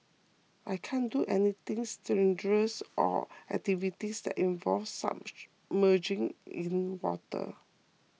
I can't do anything strenuous or activities that involve submerging in water